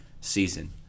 season